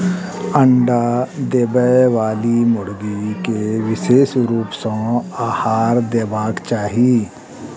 अंडा देबयबाली मुर्गी के विशेष रूप सॅ आहार देबाक चाही